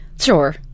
Sure